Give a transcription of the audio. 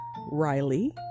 Riley